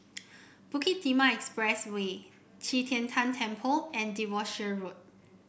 Bukit Timah Expressway Qi Tian Tan Temple and Devonshire Road